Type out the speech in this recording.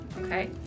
Okay